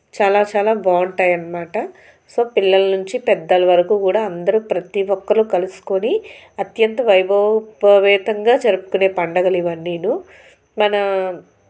చాలా చాలా బాగుంటాయి అనమాట సో పిల్లలను నుంచి పెద్దల వరకు కూడా అందరూ ప్రతి ఒక్కరూ కలుసుకొని అత్యంత వైభవోపేతంగా జరుపుకునే పండగలు ఇవన్నీను మన